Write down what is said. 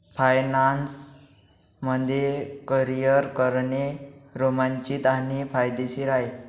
finance मध्ये career करणे रोमांचित आणि फायदेशीर आहे